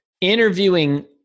interviewing